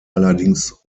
allerdings